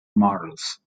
models